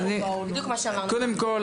קודם כל,